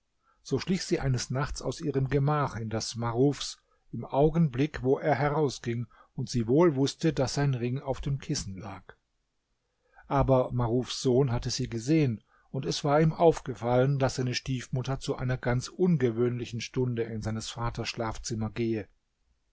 so schlich sie eines nachts aus ihrem gemach in das marufs im augenblick wo er herausging und sie wohl wußte daß sein ring auf dem kissen lag aber marufs sohn hatte sie gesehen und es war ihm aufgefallen daß seine stiefmutter zu einer ganz ungewöhnlichen stunde in seines vaters schlafzimmer gehe